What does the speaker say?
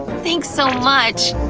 thanks so much!